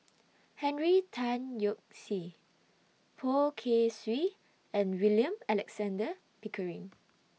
Henry Tan Yoke See Poh Kay Swee and William Alexander Pickering